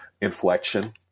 inflection